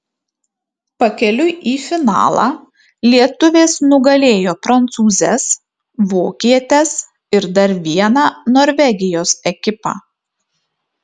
pakeliui į finalą lietuvės nugalėjo prancūzes vokietes ir dar vieną norvegijos ekipą